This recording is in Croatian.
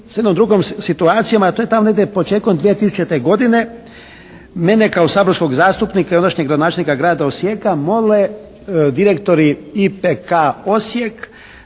sa jednom drugom situacijom a to je tamo negdje početkom 2000. godine. Mene kao saborskog zastupnika i ondašnjeg gradonačelnika grada Osijeka mole direktori IPK Osijek